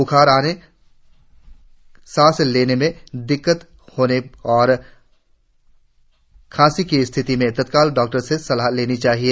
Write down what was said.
ब्खार आने सांस लेने में कठिनाई होने औरखांसी की स्थिति में तत्काल डॉक्टर से सलाह लेनी चाहिए